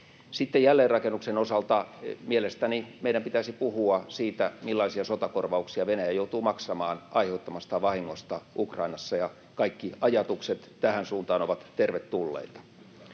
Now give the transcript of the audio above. jälleenrakennuksen osalta: mielestäni meidän pitäisi puhua siitä, millaisia sotakorvauksia Venäjä joutuu maksamaan aiheuttamastaan vahingosta Ukrainassa, ja kaikki ajatukset tähän suuntaan ovat tervetulleita.